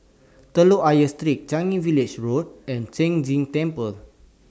Telok Ayer Street Changi Village Road and Sheng Jin Temple